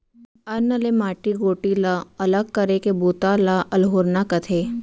अन्न ले माटी गोटी ला अलग करे के बूता ल अल्होरना कथें